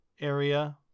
area